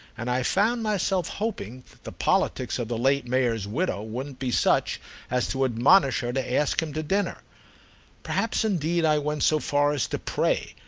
and i found myself hoping the politics of the late mayor's widow wouldn't be such as to admonish her to ask him to dinner perhaps indeed i went so far as to pray,